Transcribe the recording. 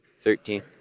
thirteen